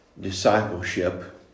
discipleship